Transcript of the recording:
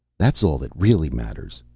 that's all that really matters,